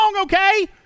okay